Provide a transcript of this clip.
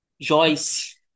Joyce